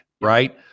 right